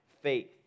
faith